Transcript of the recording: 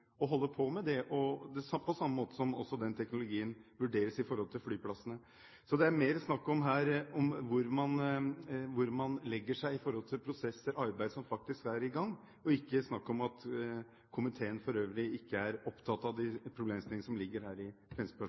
og holder på med det, på samme måte som den teknologien også vurderes i forhold til flyplassene. Så her er det mer snakk om hvor man legger seg i forhold til prosesser, arbeid som faktisk er i gang, ikke at komiteen for øvrig ikke er opptatt av de problemstillingene som ligger i